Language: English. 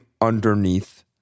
underneath